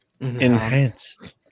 enhance